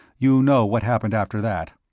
you know what happened after that.